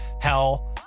hell